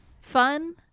fun